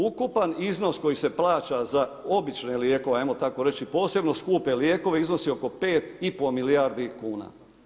Ukupan iznos koji se plaća za obične lijekove, ajmo tako reći, posebno skupe lijekove iznosi oko 5,5 milijardi kuna.